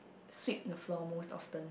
sweep the floor most often